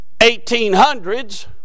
1800s